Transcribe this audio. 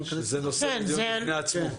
זה נושא בפני עצמו.